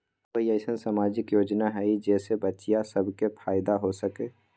कोई अईसन सामाजिक योजना हई जे से बच्चियां सब के फायदा हो सके?